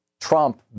Trump